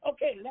Okay